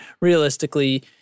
realistically